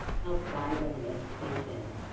help guide them in education,